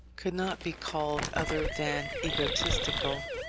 could not be called other than egotistical,